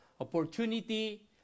opportunity